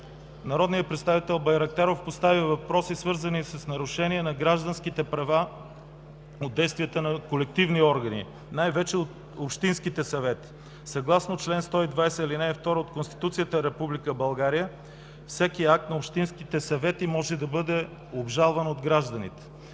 Народният представител Байрактаров постави въпроси, свързани с нарушения на гражданските права от действията на колективни органи, най-вече от общинските съвети. Съгласно чл. 120, ал. 2 от Конституцията на Република България всеки акт на общинските съвети може да бъде обжалван от гражданите.